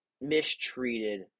mistreated